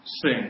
sing